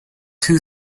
two